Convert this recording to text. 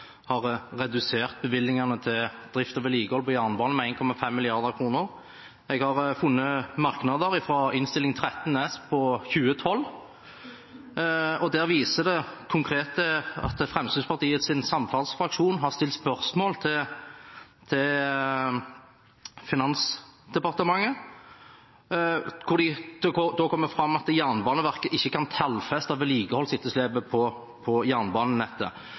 har redusert bevilgningene til drift og vedlikehold på jernbanen med 1,5 mrd. kr. Jeg har funnet merknader i Innst. 13 S for 2012–2013, der det konkret vises at Fremskrittspartiets samferdselsfraksjon har stilt spørsmål til Finansdepartementet, hvor det da kom fram at Jernbaneverket ikke kan tallfeste vedlikeholdsetterslepet på jernbanenettet.